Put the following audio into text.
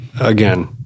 again